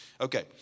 Okay